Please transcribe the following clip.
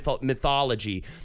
Mythology